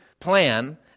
plan